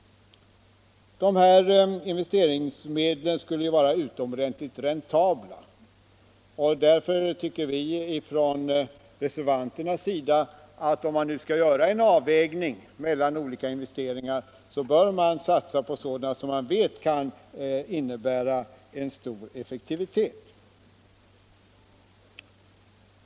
De här investeringsmedlen skulle ju vara utomordentligt räntabla, och därför tycker reservanterna att om man nu skall göra en avvägning mellan olika investeringar, så bör man satsa på sådana som man vet kan innebära en stor effektivitet.